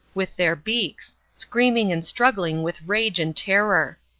with their beaks, screaming and struggling with rage and terror.